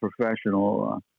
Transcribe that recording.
Professional